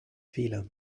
fehler